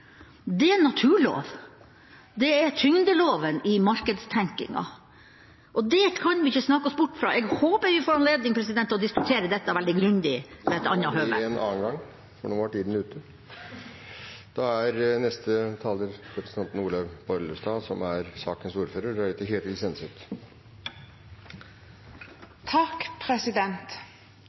Det er en naturlov. Det er tyngdeloven i markedstenkningen. Det kan vi ikke snakke oss bort fra. Jeg håper vi får anledning til å diskutere dette veldig grundig ved et annet høve. Jeg vil fortelle en historie som ikke handler om omsorgstjenester, men som gjorde et usigelig inntrykk på meg. Jeg var ordfører